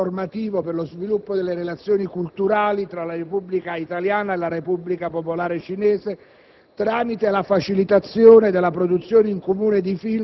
propone di realizzare un importante quadro normativo per lo sviluppo delle relazioni culturali tra la Repubblica italiana e la Repubblica popolare cinese,